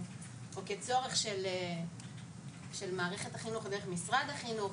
כצורך של מערכת החינוך דרך משרד החינוך,